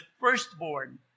firstborn